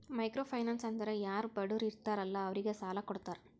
micro finance ಅಂದುರ್ ಯಾರು ಬಡುರ್ ಇರ್ತಾರ ಅಲ್ಲಾ ಅವ್ರಿಗ ಸಾಲ ಕೊಡ್ತಾರ್